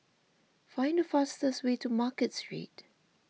find the fastest way to Market Street